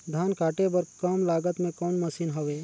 धान काटे बर कम लागत मे कौन मशीन हवय?